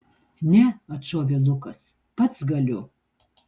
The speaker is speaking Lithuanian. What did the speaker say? ne atšovė lukas pats galiu